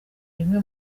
bimwe